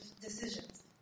decisions